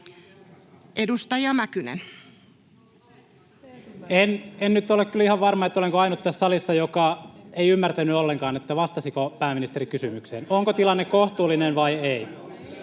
16:03 Content: En nyt ole kyllä ihan varma, olenko ainut tässä salissa, joka ei ymmärtänyt ollenkaan, vastasiko pääministeri kysymykseen: onko tilanne kohtuullinen vai ei?